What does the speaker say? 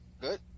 good